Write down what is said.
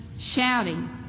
Shouting